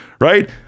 right